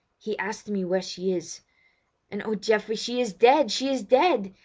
he asked me where she is and oh, geoffrey, she is dead, she is dead!